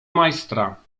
majstra